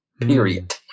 period